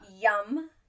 yum